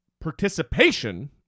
participation